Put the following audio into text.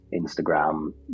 Instagram